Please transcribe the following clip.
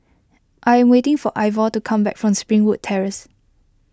I am waiting for Ivor to come back from Springwood Terrace